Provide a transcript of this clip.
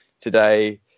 today